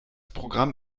programm